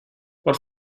por